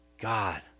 God